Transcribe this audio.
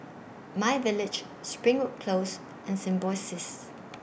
MyVillage Springwood Close and Symbiosis